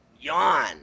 yawn